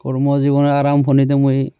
কৰ্মজীৱনৰ আৰম্ভণিতে মই